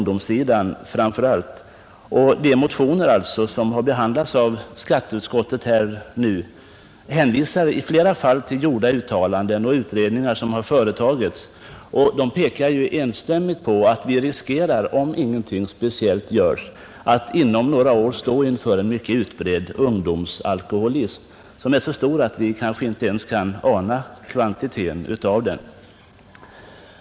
De motioner som nu behandlats av skatteutskottet hänvisar i flera fall till gjorda uttalanden och utredningar som enstämmigt pekar på att vi, om ingenting speciellt görs, riskerar att inom några år stå inför en mycket utbredd ungdomsalkoholism, en ungdomsalkoholism så stor att vi kanske inte ens kan ana dess omfattning.